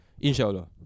Inshallah